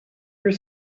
were